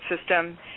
system